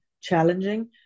challenging